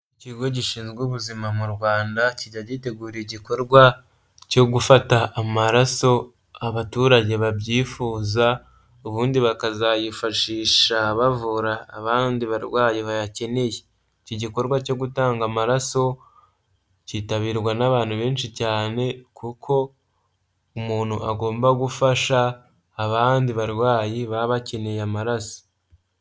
Ikigo gishinzwe ubuzima mu Rwanda kijya gitegura igikorwa cyo gufata amaraso abaturage babyifuza ubundi bakazayifashisha bavura abandi barwayi bayakeneye, iki gikorwa cyo gutanga amaraso kitabirwa n'abantu benshi cyane kuko umuntu agomba gufasha abandi barwayi baba bakeneye amaraso.